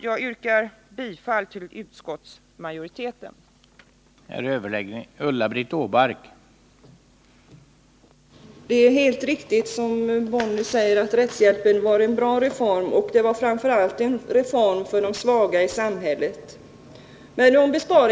Jag yrkar bifall till utskottsmajoritetens förslag.